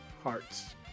hearts